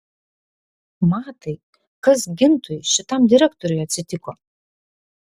matai kas gintui šitam direktoriui atsitiko